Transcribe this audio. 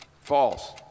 False